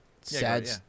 sad